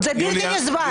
בלתי נסבל.